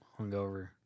hungover